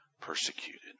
persecuted